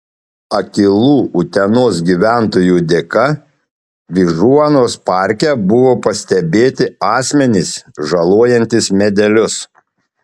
akylų utenos gyventojų dėka vyžuonos parke buvo pastebėti asmenys žalojantys medelius